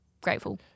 grateful